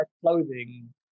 clothing